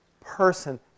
person